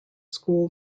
school